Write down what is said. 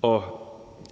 som